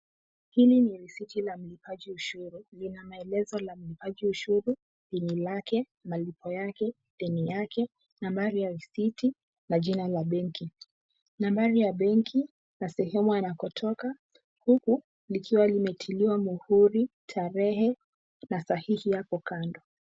Hili ni risiti la mlipaji ushuru. Lina maelezo la mlipaji ushuru: Deni lake, malipo yake, pini yake, nambari ya risiti na jina la benki, nambari ya benki na sehemu anakotoka. Huku likiwa limetiliwa muhuri tarehe na sahihi hapo kando.